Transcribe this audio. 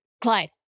Clyde